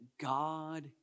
God